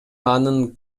анын